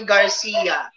Garcia